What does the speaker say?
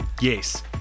Yes